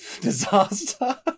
disaster